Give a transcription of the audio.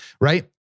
right